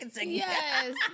Yes